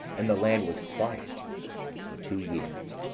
and the land was quiet for two years.